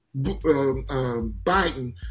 Biden